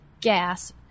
gas